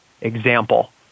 Example